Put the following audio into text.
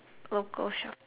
local shop